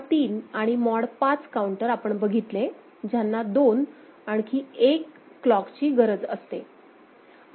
mod 3 आणि mod 5 counter आपण शिकलो ज्यांना दोन आणि एक क्लॉकची गरज असते